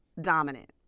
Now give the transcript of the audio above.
dominant